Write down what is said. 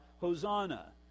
Hosanna